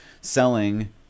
selling